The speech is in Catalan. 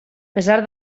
pesar